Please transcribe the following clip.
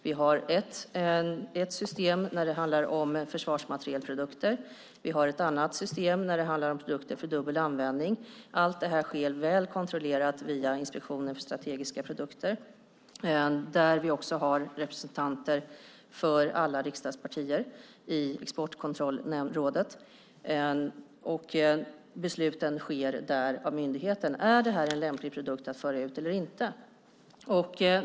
Vi har ett system när det handlar om försvarsmaterielprodukter. Vi har ett annat system när det handlar om produkter för dubbel användning. Allt det här sker väl kontrollerat via Inspektionen för strategiska produkter. I Exportkontrollrådet finns också har representanter för alla riksdagspartier. Och besluten fattas av myndigheten om en produkt är lämplig att föra ut eller inte.